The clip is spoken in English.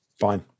Fine